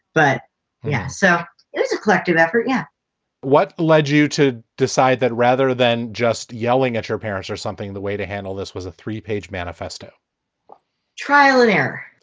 but yeah. so it was a collective effort. yeah what led you to decide that rather than just yelling at your parents or something? the way to handle this was a three page manifesto trial and error.